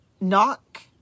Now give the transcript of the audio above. knock